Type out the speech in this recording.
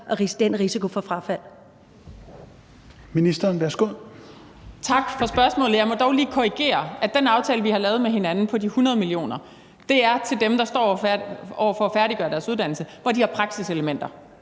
den risiko for frafald?